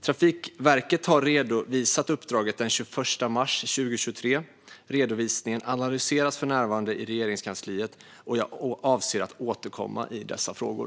Trafikverket har redovisat uppdraget den 21 mars 2023. Redovisningen analyseras för närvarande i Regeringskansliet, och jag avser att återkomma i dessa frågor.